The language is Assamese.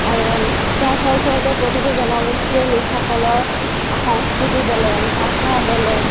যাৰ ফলস্বৰূপে প্ৰতিটো জনগোষ্ঠীৰে লোকসকলৰ সংস্কৃতি বেলেগ ভাষা বেলেগ